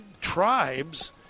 tribes